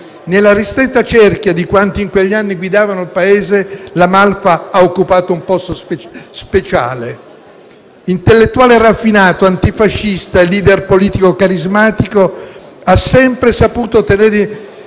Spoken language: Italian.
nella ristretta cerchia di quanti in quegli anni guidavano il Paese, La Malfa ha occupato un posto speciale. Intellettuale raffinato, antifascista e *leader* politico carismatico, ha sempre saputo tenere